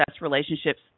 relationships